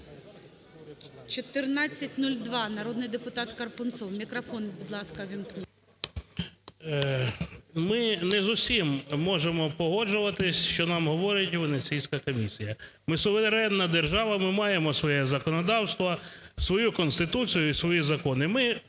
1402. Народний депутат Карпунцов. Мікрофон, будь ласка, увімкніть. 13:10:07 КАРПУНЦОВ В.В. Ми не з усім можемо погоджуватись, що нам говорить Венеційська комісія. Ми – суверенна держава, ми маємо своє законодавство, свою Конституцію і свої закони.